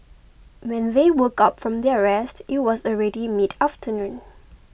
when they woke up from their rest it was already mid afternoon